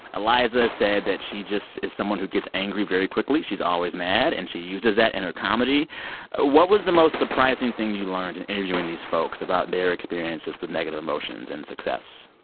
iliza said that she just is someone who gets angry very quickly. she's always mad, and she uses that in her comedy what was the most surprising thing you learned in interviewing these folks about their experiences with negative emotions and success?